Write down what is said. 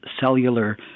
cellular